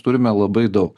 turime labai daug